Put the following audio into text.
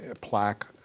plaque